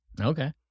Okay